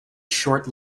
short